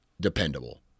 dependable